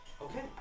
Okay